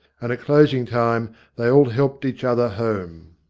and at closing-time they all helped each other home.